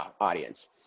audience